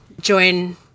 join